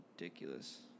ridiculous